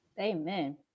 Amen